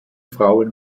frauen